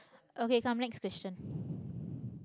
okay come next question